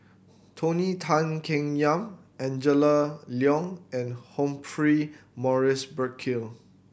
Tony Tan Keng Yam Angela Liong and Humphrey Morrison Burkill